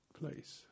place